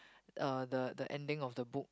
uh the the ending of the book